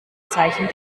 zeichen